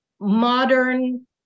modern